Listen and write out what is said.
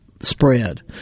spread